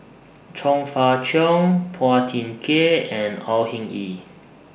Chong Fah Cheong Phua Thin Kiay and Au Hing Yee